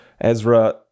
Ezra